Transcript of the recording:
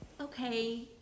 okay